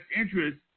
interest